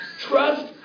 Trust